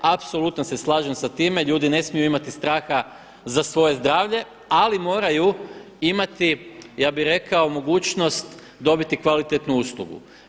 Apsolutno se slažem sa time, ljudi ne smiju imati straha za svoje zdravlje, ali moraju imati ja bi rekao mogućnost dobiti kvalitetnu uslugu.